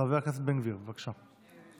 חבר הכנסת בן גביר, בבקשה, שלוש